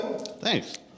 thanks